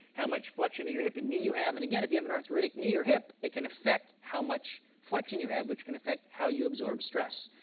how much flexion of your hip and knee you have. and again, if you have an arthritic knee or hip, it can affect how much flexion you have, which can affect how you absorb stress.